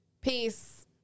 Peace